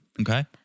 Okay